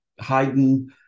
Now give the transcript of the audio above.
Haydn